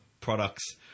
products